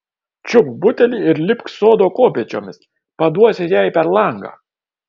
čiupk butelį ir lipk sodo kopėčiomis paduosi jai per langą